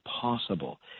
possible